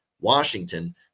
Washington